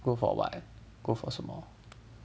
go for what go for 什么